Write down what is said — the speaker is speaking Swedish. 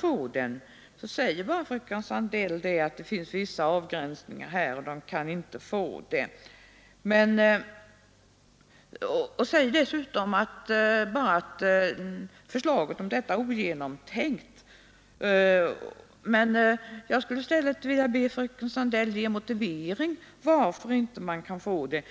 sådana möjligheter — säger bara fröken Sandell att det finns vissa avgränsningar och att de inte kan få bidrag. Dessutom säger hon att vårt förslag på denna punkt är ogenomtänkt. Jag skulle i stället vilja be fröken Sandell motivera varför de inte kan få bidraget.